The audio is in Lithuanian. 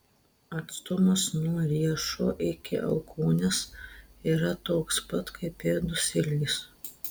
atstumas nuo riešo iki alkūnės yra toks pat kaip pėdos ilgis